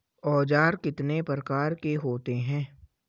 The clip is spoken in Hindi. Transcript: औज़ार कितने प्रकार के होते हैं?